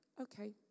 okay